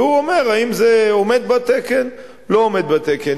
והוא אומר אם זה עומד בתקן או לא עומד בתקן.